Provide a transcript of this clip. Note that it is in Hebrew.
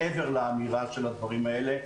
מעבר לאמירה של הדברים האלה,